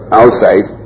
outside